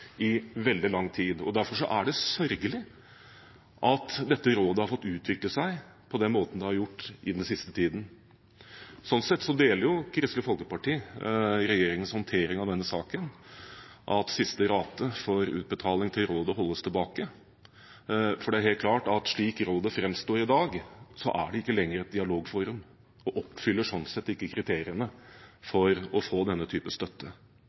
i veldig lang tid. Derfor er det sørgelig at dette rådet har fått utvikle seg på den måten det har gjort den siste tiden. Sånn sett støtter Kristelig Folkeparti regjeringens håndtering av denne saken, at siste rate for utbetaling til rådet holdes tilbake, for det er helt klart at slik rådet framstår i dag, er det ikke lenger et dialogforum og oppfyller sånn sett ikke kriteriene for å få denne typen støtte.